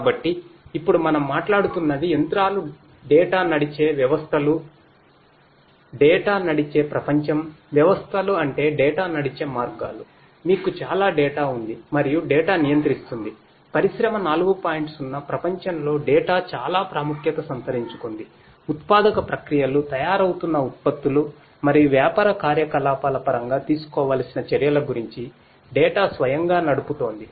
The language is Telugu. కాబట్టి ఇప్పుడు మనం మాట్లాడుతున్నది యంత్రాలు డేటా స్వయంగా నడుపుతోంది